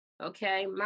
Okay